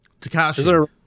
Takashi